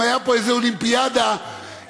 אם הייתה פה איזו אולימפיאדה בארץ,